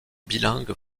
bilingue